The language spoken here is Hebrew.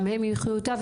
גם הם יחיו איתה,